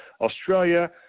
Australia